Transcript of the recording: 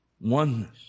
Oneness